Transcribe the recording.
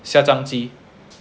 虾酱鸡